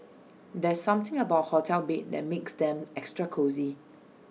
there's something about hotel beds that makes them extra cosy